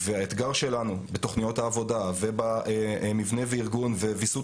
והאתגר שלנו בתוכניות העבודה ובמבנה וארגון ובוויסות